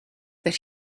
that